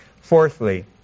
Fourthly